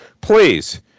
please